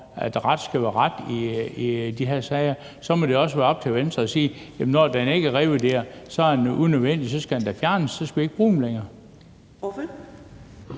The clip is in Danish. at ret skal være ret i de her sager, må det også være op til Venstre at sige: Når den ikke er revurderet, er den jo unødvendig, og så skal den da fjernes. Så skal vi ikke bruge den længere.